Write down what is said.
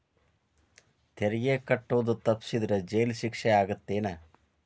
ತೆರಿಗೆ ಕಟ್ಟೋದ್ ತಪ್ಸಿದ್ರ ಜೈಲ್ ಶಿಕ್ಷೆ ಆಗತ್ತೇನ್